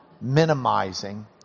minimizing